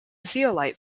zeolite